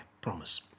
Promise